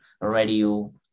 radio